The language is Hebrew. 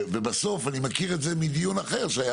ובסוף אני מכיר את זה מדיון אחר שהיה